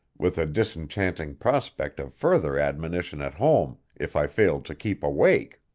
with a disenchanting prospect of further admonition at home if i failed to keep awake.